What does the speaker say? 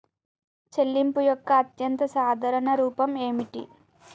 చెల్లింపు యొక్క అత్యంత సాధారణ రూపం ఏమిటి?